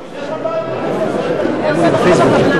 נלך הביתה, נפזר את הכנסת.